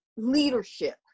leadership